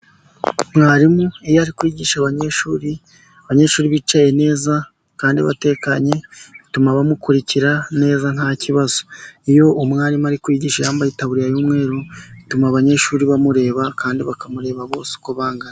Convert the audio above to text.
Mwarimu iyo ari kwigisha abanyeshuri, abanyeshuri bicaye neza kandi batekanye, bituma bamukurikira neza nta kibazo. Iyo umwarimu ari kwigisha yambaye itaburiya y'umweru, bituma abanyeshuri bamureba kandi bakamureba bose uko bangana.